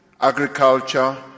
agriculture